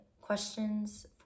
questions